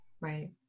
Right